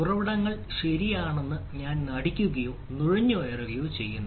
ഉറവിടങ്ങൾ ശരിയാണെന്ന് ഞാൻ നടിക്കുകയോ നുഴഞ്ഞുകയറുകയോ ചെയ്യുന്നു